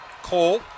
Cole